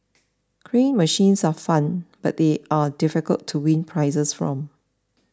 crane machines are fun but they are difficult to win prizes from